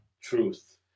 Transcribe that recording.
truth